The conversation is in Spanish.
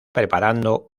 preparando